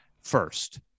first